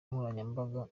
nkoranyambaga